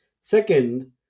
Second